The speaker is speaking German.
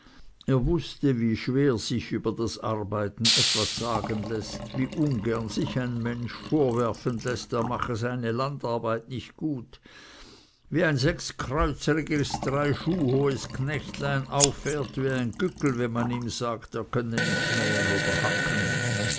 er wußte wie schwer sich über das arbeiten etwas sagen läßt wie ungern sich ein mensch vorwerfen läßt er mache eine landarbeit nicht gut wie ein sechskreuzeriges drei schuh hohes knechtlein auffährt wie ein güggel wenn man ihm sagt er könne nicht mähen oder hacken